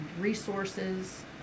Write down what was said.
resources